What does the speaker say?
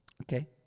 Okay